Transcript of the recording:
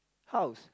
house